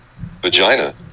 vagina